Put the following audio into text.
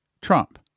Trump